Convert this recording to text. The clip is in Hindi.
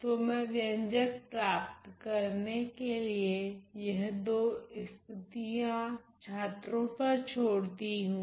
तो मैं व्यंजक प्राप्त करने के लिए यह दो स्थितियाँ छात्रो पर छोड़ती हूँ